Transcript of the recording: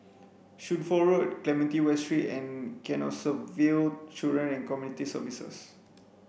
Shunfu Road Clementi West Street and Canossaville Children and Community Services